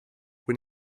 when